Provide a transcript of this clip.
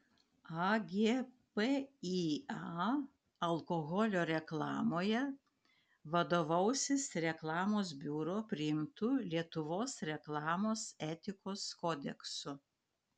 agpįa alkoholio reklamoje vadovausis reklamos biuro priimtu lietuvos reklamos etikos kodeksu